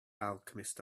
alchemist